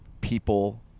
people